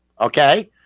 Okay